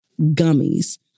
Gummies